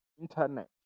internet